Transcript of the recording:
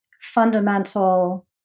fundamental